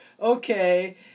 okay